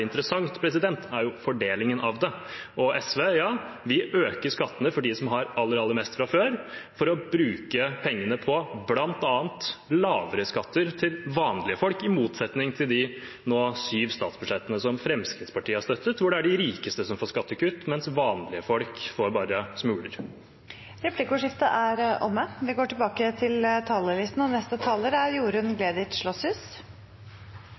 interessant, er fordelingen av det. Og ja, SV øker skattene for dem som har aller, aller mest fra før, for å bruke pengene på bl.a. lavere skatter til vanlige folk – i motsetning til de nå syv statsbudsjettene som Fremskrittspartiet har støttet, hvor det er de rikeste som får skattekutt, mens vanlige folk bare får smuler. Replikkordskiftet er omme. Dette er et kulturbudsjett som skal ta oss gjennom den krevende tiden vi er